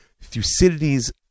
Thucydides